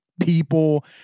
people